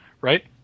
right